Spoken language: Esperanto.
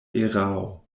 erao